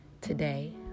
Today